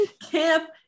Camp